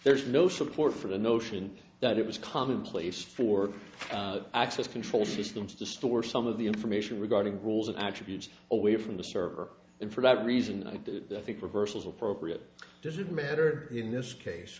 there is no support for the notion that it was commonplace for access control systems to store some of the information regarding rules an attribute away from the server and for that reason i think reversals appropriate does it matter in this case